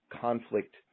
conflict